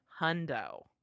hundo